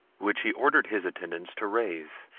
which he ordered his attendants to raise,